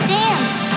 dance